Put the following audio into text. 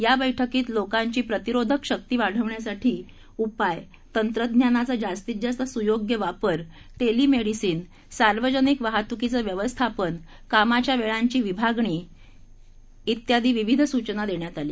या बैठकीत लोकांची प्रतिरोधक शक्ती वाढवण्यासाठी उपाय तंत्रज्ञानाचा जास्तीत जास्त सुयोग्य वापर टेलीमेडिसिन सार्वजनिक वाहतुकीचे व्यवस्थापन कामाच्या वेळांची विभागणी त्यादी विविध सूचना देण्यात आल्या